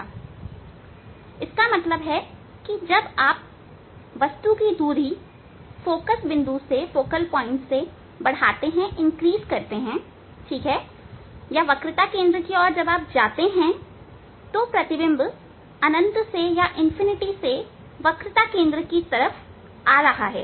अब इसका मतलब है जब आप वस्तु की दूरी फोकल बिंदु से बढ़ाते हैं ठीक वक्रता केंद्र की ओर जब आप जाते हैं तब प्रतिबिंब अनंत से वक्रता केंद्र तक आ रहा है